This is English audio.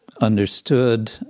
understood